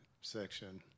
section